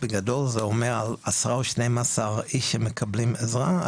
בגדול זה אומר על עשרה או 12 איש שמקבלים עזרה,